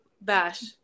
bash